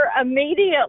immediately